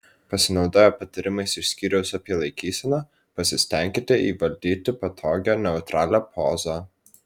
pasinaudoję patarimais iš skyriaus apie laikyseną pasistenkite įvaldyti patogią neutralią pozą